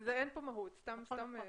נכון.